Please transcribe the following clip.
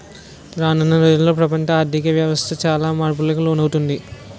రానున్న రోజుల్లో ప్రపంచ ఆర్ధిక వ్యవస్థ చాలా మార్పులకు లోనవుతాది